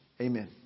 Amen